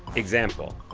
example,